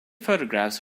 photographs